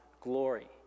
glory